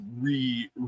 re